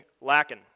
lacking